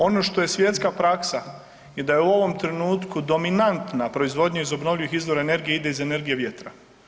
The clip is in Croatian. Ono što je svjetska praksa i da je u ovom trenutku dominantna proizvodnja iz obnovljivih izvora energije ide iz energije vjetra.